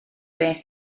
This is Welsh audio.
beth